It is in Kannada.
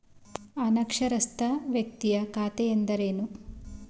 ಅನಕ್ಷರಸ್ಥ ವ್ಯಕ್ತಿಯ ಖಾತೆ ಎಂದರೇನು?